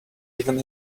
even